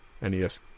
NES